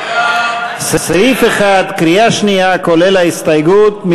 סעיף 1, קריאה שנייה, כולל ההסתייגות.